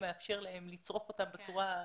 מאפשר להם לצרוך אותם בצורה הנדרשת,